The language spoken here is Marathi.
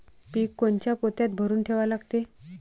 पीक कोनच्या पोत्यात भरून ठेवा लागते?